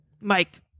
Mike